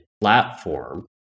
platform